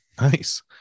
nice